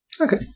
Okay